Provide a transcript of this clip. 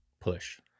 push